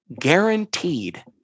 guaranteed